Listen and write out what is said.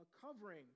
covering